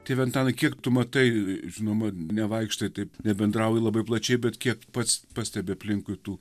tėve antanai kiek tu matai žinoma nevaikštai taip nebendrauji labai plačiai bet kiek pats pastebi aplinkui tų